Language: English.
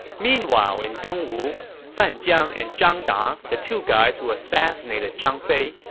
meanwhile in dongwu, fan jiang and zhang da, the two guys who assassinated zhang fei,